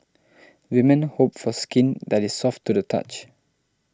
women hope for skin that is soft to the touch